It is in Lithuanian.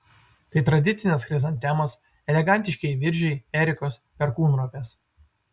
tai tradicinės chrizantemos elegantiškieji viržiai erikos perkūnropės